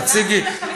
תציגי,